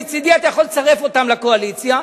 מצדי אתה יכול לצרף אותם לקואליציה.